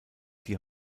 die